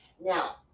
Now